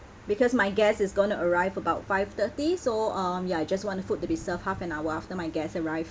because my guest is gonna arrive about five thirty so um ya just want the food to be served half an hour after my guests arrive